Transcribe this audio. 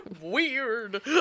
Weird